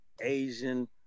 asian